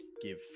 give